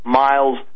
miles